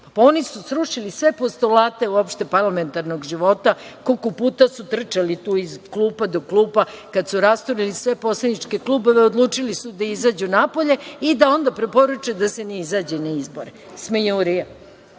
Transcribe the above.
Pa, oni su srušili sve postulate uopšte parlamentarnog života, koliko puta su trčali ti iz klupa do klupa. Kad su rasturili sve poslaničke klubove, odlučili su da izađu napolje i da onda preporuče da se ne izađe na izbore. Smejurija.